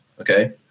Okay